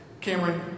Cameron